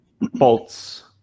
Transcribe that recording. bolts